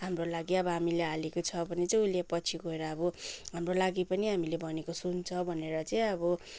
हाम्रो लागि अब हामीले हालेको छ भने चाहिँ उसले पछि गएर अब हाम्रो लागि पनि हामीले भनेको सुन्छ भनेर चाहिँ अब